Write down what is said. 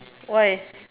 why